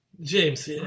James